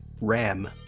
Ram